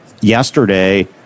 yesterday